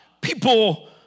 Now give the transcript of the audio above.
people